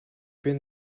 been